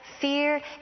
fear